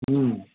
ହୁଁ